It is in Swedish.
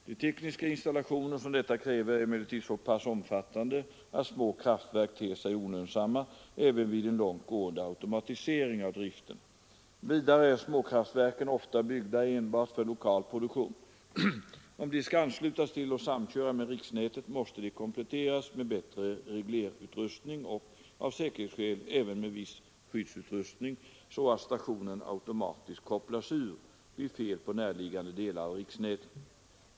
De tekniska installationer som detta kräver är emellertid så pass omfattande att små kraftverk ter sig olönsamma även vid en långt gående automatisering av driften. Vidare är småkraftverken ofta byggda enbart för lokal produktion. Om de skall anslutas till och samköra med riksnätet måste de kompletteras med bättre reglerutrustning och — av säkerhetsskäl — även med viss skyddsutrustning, så att stationen automatiskt kopplas ur vid fel på närliggande delar av riksnätet.